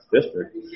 district